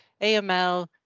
AML